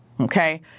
Okay